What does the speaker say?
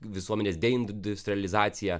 visuomenės industrializacija